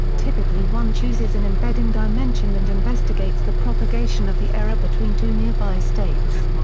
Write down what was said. typically one chooses an embedding dimension and investigates the propagation of the error between two nearby states.